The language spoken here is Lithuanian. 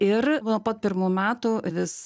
ir nuo pat pirmų metų vis